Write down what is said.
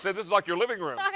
this is like your living room.